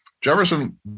Jefferson